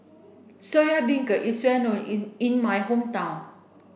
Soya Beancurd is well known in in my hometown